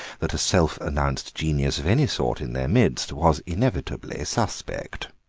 that a self-announced genius of any sort in their midst was inevitably suspect.